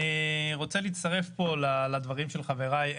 אני רוצה להצטרף פה לדברים של חבריי.